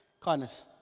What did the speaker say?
Kindness